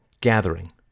gathering